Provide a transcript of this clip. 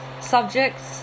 subjects